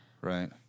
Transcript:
right